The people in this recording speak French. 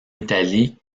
italie